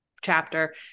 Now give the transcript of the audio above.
chapter